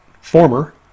former